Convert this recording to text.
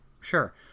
sure